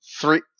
three